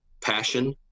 passion